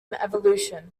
evolution